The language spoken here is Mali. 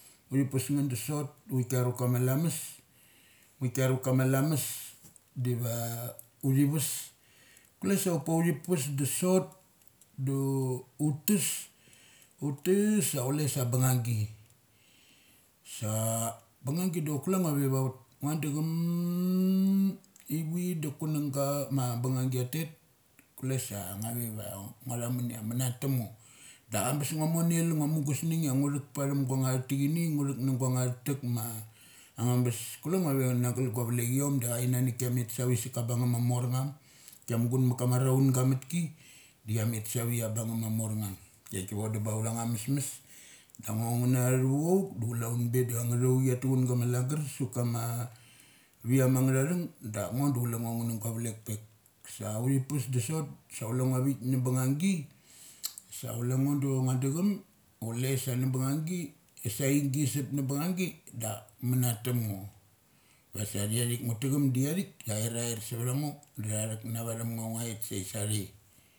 Uthi pes ngeth thesot, uthi karvakama lamas diva uthi ves kule sa upe uthi pes da sot du ut tes utes sa chules a bungngagi. Sa bungngangi da kulengo ve vavat da ngua da chum ivi da kunangga ma bungnong gi chiatet, kule sa nguave ngua tha munia manatamngo. Da bes ngua monel ngua mugusnung ia ngu tek patham guang nga thateki ni, ngu thek na guang nga tek ma angabes. Kulengo ve nagol gua vlekiom dain anuk kia met sa vi sa ka bungngum ma morngum kia mugun ma ka ma araunga mutki da chia met sa vi ia bung ngum ma morngum. Ki ait ki vodum ba utha nga mesmes da ngo ngu na thu chouk da chule un be da ang ngu tho chi chia tu chun gama lagar sa ka ma viam angnga tha thung dak ngo du chule ngo ngu nu gua vlek pek. Sa uthi pes da sot sa chule ngovik na bungngunggi sa chule ngo da ngua dachum sa chulesa na bungngunggi, saingi sup na bung ngunggi da manatam ngo. Vasa thiaithik ngu tacham di athik masa airair suvthango da tha thukna vatham ngo ia nguait sai sathere.